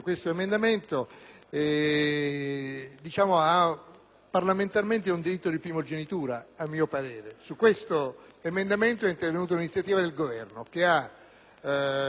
ha parlamentarmente un diritto di primogenitura, a mio parere. Su di esso è intervenuta un'iniziativa del Governo, che ha colto non solo il senso, ma anche la lettera